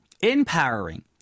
empowering